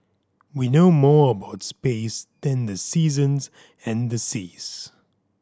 we know more about space than the seasons and the seas